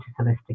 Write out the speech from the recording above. holistic